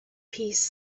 piece